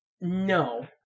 No